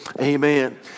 amen